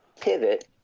pivot